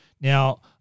Now